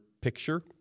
picture